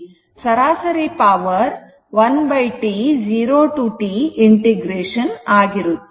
ಸರಾಸರಿ power 1T 0 to T ಏಕೀಕರಣ ವಾಗಿರುತ್ತದೆ